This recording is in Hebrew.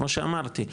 כמו שאמרתי,